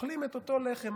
אוכלים את אותו הלחם.